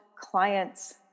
clients